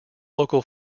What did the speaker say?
local